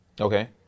okay